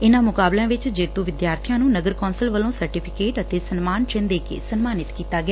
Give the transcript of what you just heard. ਇੰਨਾਂ ਮੁਕਾਬਲਿਆਂ ਵਿਚ ਜੇਤੁ ਵਿਦਿਆਰਬੀਆ ਨੂੰ ਨਗਰ ਕੌ'ਸਲ ਵੱਲੋ' ਸਰਟੀਫਿਕੇਟ ਅਤੇ ਸਨਮਾਨ ਚਿਨ ਦੇ ਕੇ ਸਨਮਾਨਿਤ ਕੀਤਾ ਗਿਆ